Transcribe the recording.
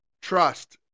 trust